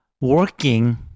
working